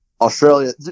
Australia